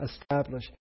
establish